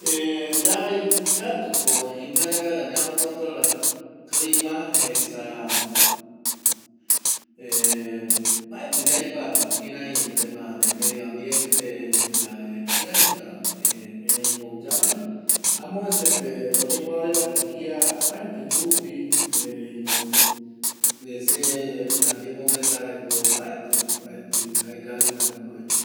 Yavai katu ipuere vaera ya mo control clima esa mbaeti yaikua kirei tema de medio ambiente jare kireitava, erei ko yavai, amopevese oyemo adelanta kia mbaeti jupi erei se ayemongueta jae ko mbaeti jaekavita jukurei